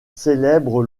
célèbre